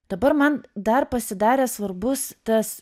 dabar man dar pasidarė svarbus tas